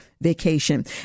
vacation